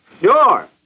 Sure